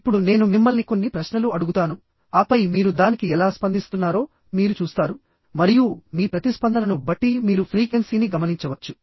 ఇప్పుడు నేను మిమ్మల్ని కొన్ని ప్రశ్నలు అడుగుతాను ఆపై మీరు దానికి ఎలా స్పందిస్తున్నారో మీరు చూస్తారు మరియు మీ ప్రతిస్పందనను బట్టి మీరు ఫ్రీక్వెన్సీని గమనించవచ్చు